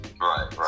right